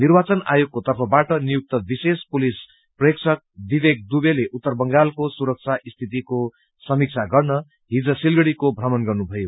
निव्रचन आयोगको तर्फबाट नियुक्त विशेष पुलिस प्रेक्षक विवेक दूबेले उत्तर बंगालको सुरक्षा सिीतिको समीक्षा गर्न हिज सिलगड़ीको भ्रमण गर्नुभयो